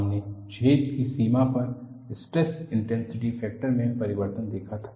हमने छेद की सीमा पर स्ट्रेस इन्टेन्सिटी फैक्टर में परिवर्तन देखा था